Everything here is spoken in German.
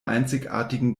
einzigartigen